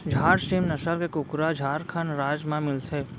झारसीम नसल के कुकरा झारखंड राज म मिलथे